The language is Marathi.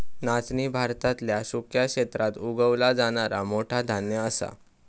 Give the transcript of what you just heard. नाचणी भारतातल्या सुक्या क्षेत्रात उगवला जाणारा मोठा धान्य असा